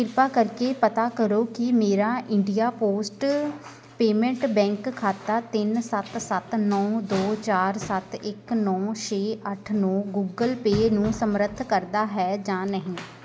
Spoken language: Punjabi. ਕਿਰਪਾ ਕਰਕੇ ਪਤਾ ਕਰੋ ਕਿ ਮੇਰਾ ਇੰਡੀਆ ਪੋਸਟ ਪੇਮੈਂਟ ਬੈਂਕ ਖਾਤਾ ਤਿੰਨ ਸੱਤ ਸੱਤ ਨੌਂ ਦੋ ਚਾਰ ਸੱਤ ਇੱਕ ਨੌਂ ਛੇ ਅੱਠ ਨੌਂ ਗੂਗਲ ਪੇ ਨੂੰ ਸਮਰਥਨ ਕਰਦਾ ਹੈ ਜਾਂ ਨਹੀਂ